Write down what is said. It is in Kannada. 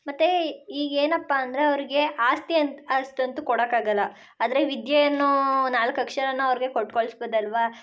ಮತ್ತು ಈಗ ಏನಪ್ಪ ಅಂದರೆ ಅವ್ರಿಗೆ ಆಸ್ತಿ ಅಂತಸ್ತಂತು ಕೊಡೋಕ್ಕಾಗಲ್ಲ ಆದರೆ ವಿದ್ಯೆ ಅನ್ನೋ ನಾಲ್ಕು ಅಕ್ಷರಾನ ಅವ್ರಿಗೆ ಕೊಟ್ಟು ಕಳಿಸ್ಬೋದಲ್ವಾ